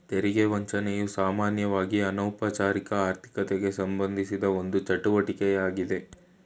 ತೆರಿಗೆ ವಂಚನೆಯು ಸಾಮಾನ್ಯವಾಗಿಅನೌಪಚಾರಿಕ ಆರ್ಥಿಕತೆಗೆಸಂಬಂಧಿಸಿದ ಒಂದು ಚಟುವಟಿಕೆ ಯಾಗ್ಯತೆ